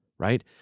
right